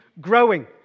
growing